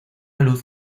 luz